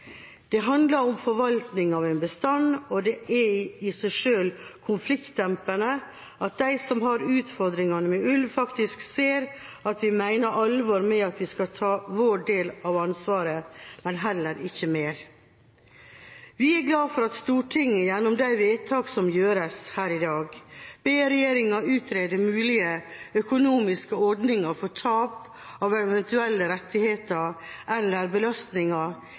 Det handler om forvaltning av en bestand, og det er i seg selv konfliktdempende at de som har utfordringene med ulv, faktisk ser at vi mener alvor med at vi skal ta vår del av ansvaret, men heller ikke mer. Vi er glad for at Stortinget gjennom de vedtakene som gjøres her i dag, ber regjeringa utrede mulige økonomiske ordninger for tap av eventuelle rettigheter eller belastninger